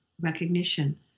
recognition